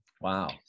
Wow